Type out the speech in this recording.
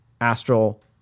astral